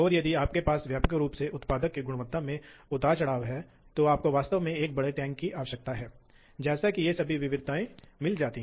इसी तरह आपके पास कार्यकारी ब्लॉक का एक अनुक्रम है इसलिए आपके पास एक ब्लॉक संख्या होनी चाहिए